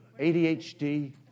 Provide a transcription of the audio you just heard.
ADHD